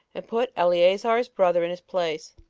and put eleazar his brother in his place.